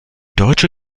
deutsche